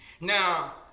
Now